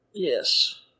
Yes